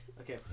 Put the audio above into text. okay